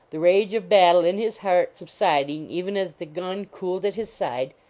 the rage of battle in his heart subsiding even as the gun cooled at his side,